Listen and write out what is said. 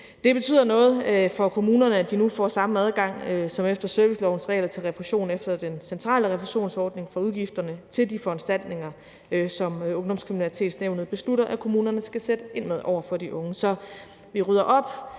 Det betyder noget for kommunerne, at de nu får samme adgang som efter servicelovens regler til refusion efter den centrale refusionsordning for udgifterne til de foranstaltninger, som ungdomskriminalitetsnævnet beslutter at kommunerne skal sætte ind med over for de unge. Så vi rydder op,